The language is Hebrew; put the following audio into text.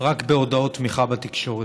רק בהודעות תמיכה בתקשורת.